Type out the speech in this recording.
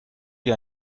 wie